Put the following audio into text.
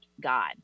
God